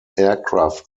aircraft